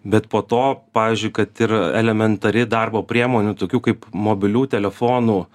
bet po to pavyzdžiui kad ir elementari darbo priemonių tokių kaip mobilių telefonų